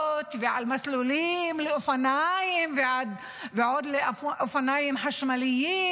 ועל מסלולים לאופניים ועוד לאופניים חשמליים,